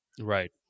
Right